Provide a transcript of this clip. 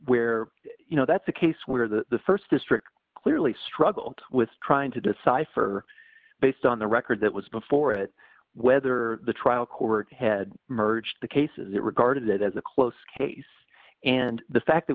where you know that's a case where the st district clearly struggled with trying to decipher based on the record that was before it whether the trial court had merged the cases that regarded it as a close case and the fact that